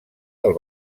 del